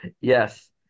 yes